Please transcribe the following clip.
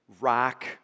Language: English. Rock